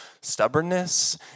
stubbornness